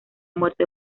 muerte